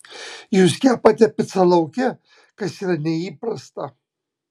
jūs kepate picą lauke kas yra neįprasta